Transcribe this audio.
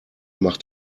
macht